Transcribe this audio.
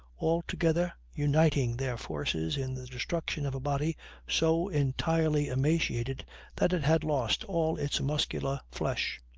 altogether uniting their forces in the destruction of a body so entirely emaciated that it had lost all its muscular flesh.